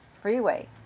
freeway